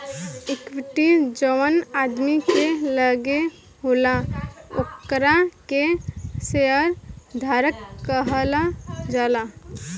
equity जवन आदमी के लगे होला ओकरा के शेयर धारक कहल जाला